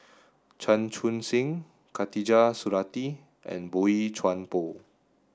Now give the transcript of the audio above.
Chan Chun Sing Khatijah Surattee and Boey Chuan Poh